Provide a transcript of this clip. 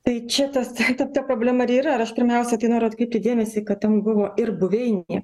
tai čia tas ta ta problema ir yra ir aš pirmiausia tai noriu atkreipti dėmesį kad ten buvo ir buveinė